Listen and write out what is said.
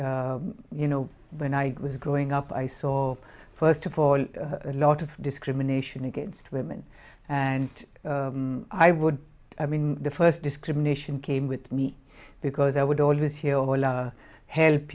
you know when i was growing up i saw first of all a lot of discrimination against women and i would i mean the first discrimination came with me because i would always hear help